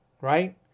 Right